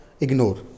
ignore